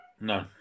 No